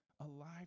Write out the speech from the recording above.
Alive